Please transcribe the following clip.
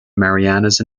marianas